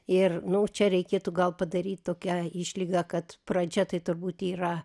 ir nu čia reikėtų gal padaryt tokią išlygą kad pradžia tai turbūt yra